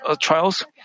trials